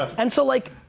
ah and so like,